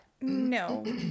No